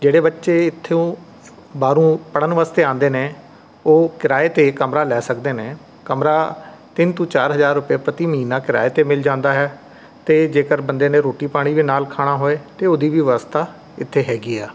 ਜਿਹੜੇ ਬੱਚੇ ਇੱਥੋਂ ਬਾਹਰੋਂ ਪੜਨ ਵਾਸਤੇ ਆਉਂਦੇ ਨੇ ਉਹ ਕਿਰਾਏ 'ਤੇ ਕਮਰਾ ਲੈ ਸਕਦੇ ਨੇ ਕਮਰਾ ਤਿੰਨ ਤੋਂ ਚਾਰ ਹਜ਼ਾਰ ਰੁਪਏ ਪ੍ਰਤੀ ਮਹੀਨਾ ਕਿਰਾਏ 'ਤੇ ਮਿਲ ਜਾਂਦਾ ਹੈ ਅਤੇ ਜੇਕਰ ਬੰਦੇ ਨੇ ਰੋਟੀ ਪਾਣੀ ਵੀ ਨਾਲ ਖਾਣਾ ਹੋਏ ਤਾਂ ਉਹਦੀ ਵਿਵਸਥਾ ਇੱਥੇ ਹੈਗੀ ਹਾਂ